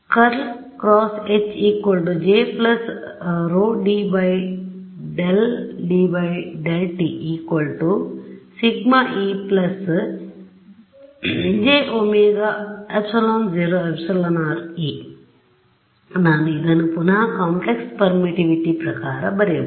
→→→→→∇× H J ∂D∂t σE jωε0εr E ನಾನು ಇದನ್ನು ಪುನಃ ಕಾಂಪ್ಲೆಕ್ಸ್ ಪರ್ಮಿಟಿವಿಟಿ ಪ್ರಕಾರ ಬರೆಯಬಹುದು